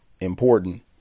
Important